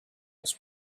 was